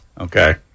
Okay